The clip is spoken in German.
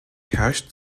herrscht